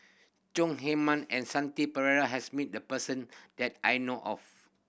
Chong Heman and Shanti Pereira has meet the person that I know of